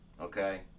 okay